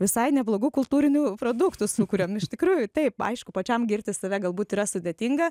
visai neblogų kultūrinių produktų sukuriam iš tikrųjų taip aišku pačiam girti tave galbūt yra sudėtinga